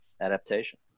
Adaptation